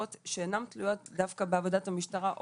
שאינן תלויות דווקא בפעולת המשטרה,